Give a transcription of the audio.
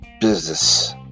business